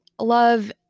love